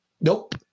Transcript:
Nope